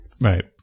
Right